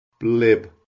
blib